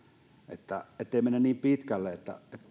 niin ettei mennä niin pitkälle